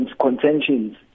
contentions